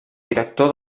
director